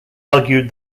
argued